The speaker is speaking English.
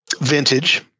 vintage